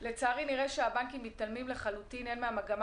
לצערי נראה שהבנקים מתעלמים לחלוטין הן מהמגמה